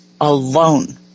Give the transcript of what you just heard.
alone